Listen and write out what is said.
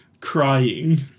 crying